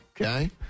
Okay